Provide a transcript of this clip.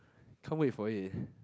can't wait for it